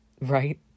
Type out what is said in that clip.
Right